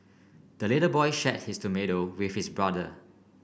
the little boy shared his tomato with his brother